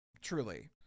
Truly